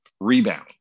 rebound